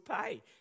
pay